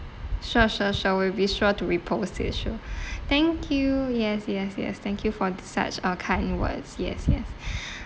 sure sure sure we'll be sure to repost it sure thank you yes yes yes thank you for the such uh kind words yes yes